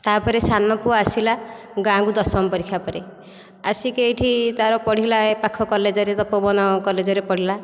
ତା'ପରେ ସାନ ପୁଅ ଆସିଲା ଗାଁକୁ ଦଶମ ପରୀକ୍ଷା ପରେ ଆସିକି ଏଠି ତା'ର ପଢ଼ିଲା ପାଖ କଲେଜରେ ପଢ଼ିଲା ତପୋବନ କଲେଜରେ ପଢ଼ିଲା